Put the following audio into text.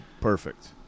Perfect